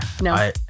No